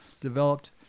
developed